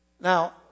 Now